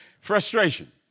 Frustration